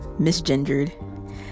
misgendered